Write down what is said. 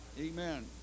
Amen